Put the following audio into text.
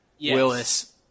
Willis